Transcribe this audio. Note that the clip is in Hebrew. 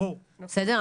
בסדר?